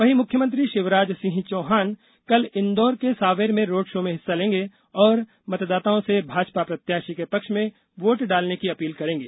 वहीं मुख्यमंत्री शिवराज सिंह चौहान कल इन्दौर के सांवेर में रोड शो में हिस्सा लेंगे और मतदाताओं से भाजपा प्रत्याशी के पक्ष में वोट डालने की अपील करेंगे